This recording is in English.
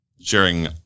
sharing